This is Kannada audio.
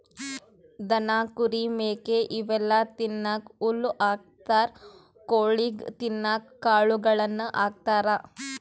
ದನ ಕುರಿ ಮೇಕೆ ಇವೆಲ್ಲಾ ತಿನ್ನಕ್ಕ್ ಹುಲ್ಲ್ ಹಾಕ್ತಾರ್ ಕೊಳಿಗ್ ತಿನ್ನಕ್ಕ್ ಕಾಳುಗಳನ್ನ ಹಾಕ್ತಾರ